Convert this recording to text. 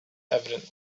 evident